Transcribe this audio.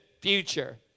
future